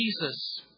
Jesus